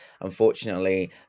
unfortunately